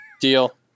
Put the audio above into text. Deal